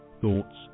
thoughts